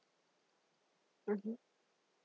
mmhmm